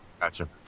Gotcha